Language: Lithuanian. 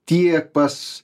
tiek pas